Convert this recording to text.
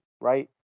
right